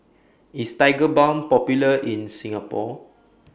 IS Tigerbalm Popular in Singapore